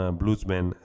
bluesman